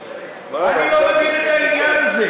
אני לא מבין את העניין הזה.